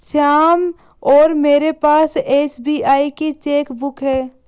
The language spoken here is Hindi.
श्याम और मेरे पास एस.बी.आई की चैक बुक है